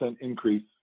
increase